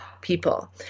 people